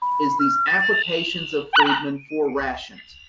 is these applications of freedmen for rations.